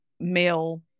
male